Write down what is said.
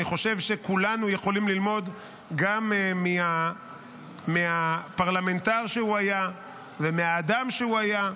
אני חושב שכולנו יכולים ללמוד גם מהפרלמנטר שהוא היה ומהאדם שהוא היה.